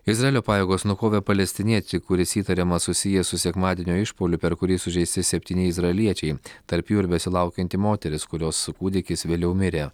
izraelio pajėgos nukovė palestinietį kuris įtariama susijęs su sekmadienio išpuoliu per kurį sužeisti septyni izraeliečiai tarp jų ir besilaukianti moteris kurios kūdikis vėliau mirė